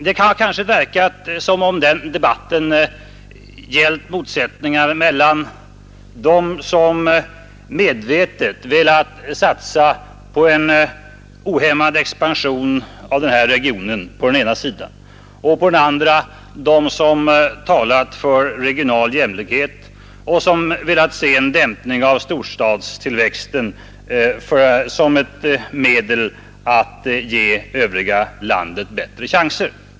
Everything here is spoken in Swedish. Det kan ha verkat som om den debatten gällt motsättningar mellan dem som medvetet velat satsa på en ohämmad expansion i denna region, på ena sidan, och på den andra sidan dem som talat för regional jämlikhet och som velat se en dämpning av storstadstillväxten som ett medel att ge övriga regioner bättre chanser.